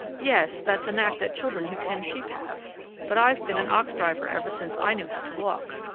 yes, that's a knack that children who tend sheep have but i've been an ox-driver ever since i knew how to walk.